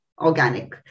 organic